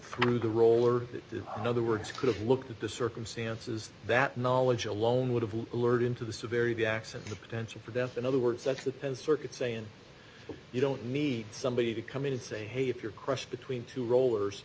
through the roll or the other words could have looked at the circumstances that knowledge alone would have alerted to the severity x and the potential for death in other words that's the penn circuit saying you don't need somebody to come in and say hey if you're crushed between two rollers